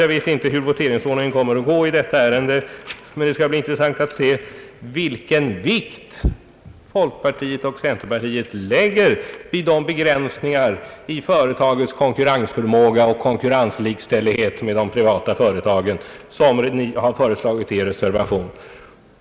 Jag vet inte hur voteringsordningen kommer att bli i detta ärende, men det skall bli intressant att se vilken vikt folkpartiet och centerpartiet tillmäter de begränsningar i företagens konkurrensförmåga och konkurrenslikställighet med de privata företagen som föreslås i er reservation.